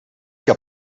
que